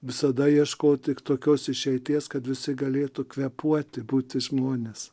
visada ieškot tik tokios išeities kad visi galėtų kvėpuoti būti žmonės